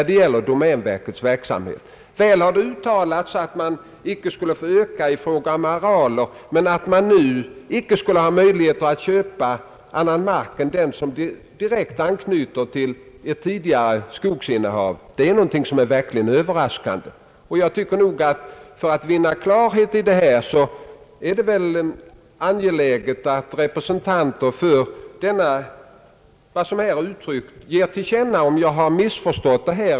Det har tidigare uttalats att arealerna inte skulle få öka, men nu förklaras det att domänverket icke skulle ha möjlighet att köpa annan mark än den som direkt anknyter till ett tidigare skogsinnehav, vilket verkligen är ett överraskande uttalande. För att vinna klarhet på denna punkt är det angeläget att representanterna för denna åsikt ger till känna om jag missförstått det hela.